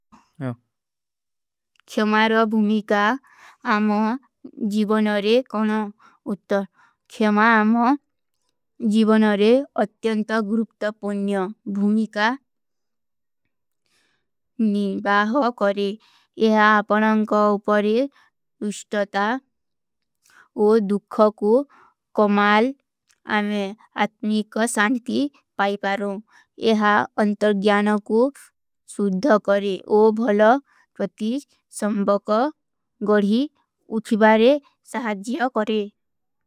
ଖେମାରା ଭୁମିକା ଆମା ଜୀଵନରେ ଅତ୍ଯଂତା ଗୁରୁପ୍ତ ପଣ୍ଯା ଭୁମିକା ନିବାହ କରେଂ। ଯହା ଅପନଂଗ କା ଉପରେ ତୁଷ୍ଟତା ଓ ଦୁଖା କୋ କମାଲ ଆମେ ଆତ୍ମୀ କା ସାଂତି ପାଈ ପାରୋଂ। ଯହା ଅଂତର ଗ୍ଯାନ କୋ ସୁଦ୍ଧ କରେଂ। ଓ ଭଲା ପତି ଶମ୍ବକ ଗଡୀ ଉଠିବାରେ ସାହତ ଜିଯା କରେଂ।